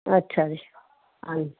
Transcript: ਅੱਛਾ ਜੀ ਹਾਂਜੀ